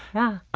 yeah,